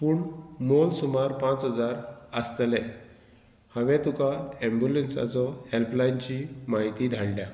पूण मोल सुमार पांच हजार आसतले हांवें तुका एम्बुलंसाचो हेल्पलायनची म्हायती धाडल्या